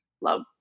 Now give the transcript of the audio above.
love